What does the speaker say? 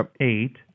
eight